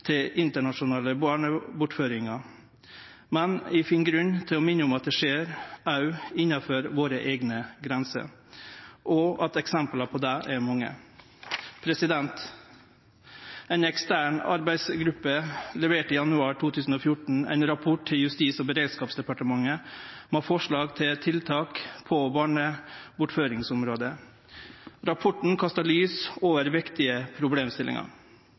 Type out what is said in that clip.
til internasjonale barnebortføringar, men eg finn grunn til å minne om at det også skjer innanfor våre eigne grenser, og at eksempla på det er mange. Ei ekstern arbeidsgruppe leverte i januar 2014 ein rapport til Justis- og beredskapsdepartementet med forslag til tiltak på barnebortføringsområdet. Rapporten kasta lys over viktige problemstillingar.